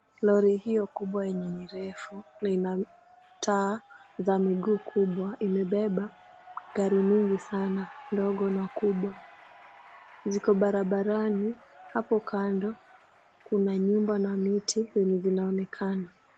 Lori hiyo kubwa yenye ni refu, na ina taa za miguu kubwa, imebeba gari mingi sana, ndogo na kubwa ziko barabarani, hapo kando kuna nyumba na miti zenye zinaonekana.